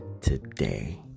today